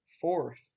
fourth